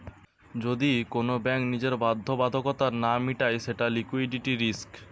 যদি কোন ব্যাঙ্ক নিজের বাধ্যবাধকতা না মিটায় সেটা লিকুইডিটি রিস্ক